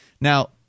Now